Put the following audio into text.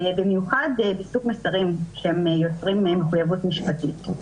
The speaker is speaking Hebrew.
במיוחד בסוג מסרים שיוצרים מחויבות משפטית.